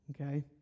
okay